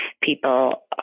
people